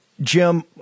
Jim